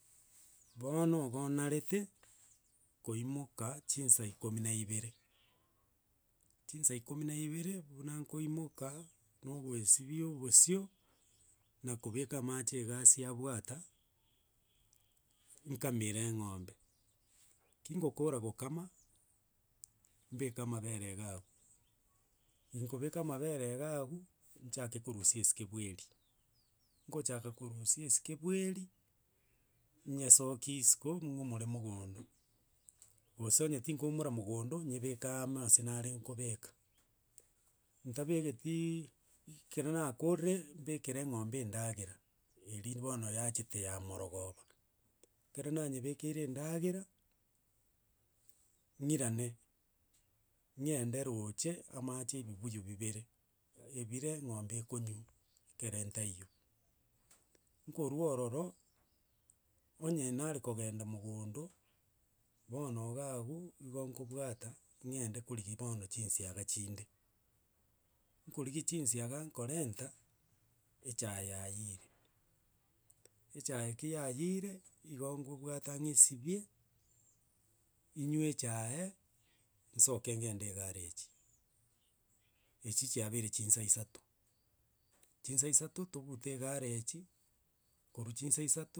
bono ogo narete koimoka chinsa ikomi na ibere, chinsa ikomi na ibere buna nkoimoka, na ogoesibia obosio, nakobeka amache egasi abwata, nkamere eng'ombe. Kingokora gokama, mbeke amabere iga abwo, ingobeka amabere iga abwo, nchake nkorusia esike bweeri. Ngochaka korusia esike bweeri, nyesoki isiko, ng'umore mogondo gose onye tinkoumora mogondo nyebeke amo ase nare nkobeka, ntabegetiiiii ekero nakorire mbekere eng'ombe endagera eri bono yachete ya marogoba, kero nanyebekeire endagera, ng'irane, ng'ende roche amache ebibuyu bibere, ebire eng'ombe ekonywa ekere ntaiyo. Nkorwa ororo, onye nare kogenda mogondo, bono iga abwo, igo nkobwata ng'ende korigia bono chinsiaga chinde. Nkorigia chinsiaga nkorenta, echaye yayiire, echaye ki yayiire, igo nkobwata ng'esibie, inywe echaye, nsoke ng'ende egareji, echi chiabeire chinsa isato, chinsa isato tobute egareji, korwa chinsa isato.